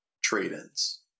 trade-ins